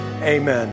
amen